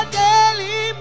daily